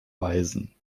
weisen